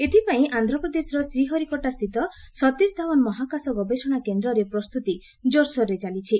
ଏଥିପାଇଁ ଆନ୍ଧ୍ରପ୍ରଦେଶର ଶ୍ରୀହରିକୋଟାସ୍ଥିତ ସତୀଶ ଧାଓ୍ୱନ୍ ମହାକାଶ ଗବେଷଣା କେନ୍ଦ୍ରରେ ପ୍ରସ୍ତୁତି ଜୋର୍ସୋର୍ ଚାଲିଛି